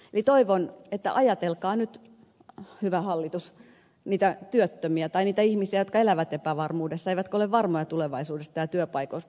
eli toivon että ajatelkaa nyt hyvä hallitus niitä työttömiä tai niitä ihmisiä jotka elävät epävarmuudessa eivätkä ole varmoja tulevaisuudesta ja työpaikoista